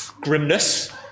grimness